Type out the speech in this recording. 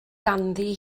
ganddi